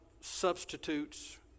substitutes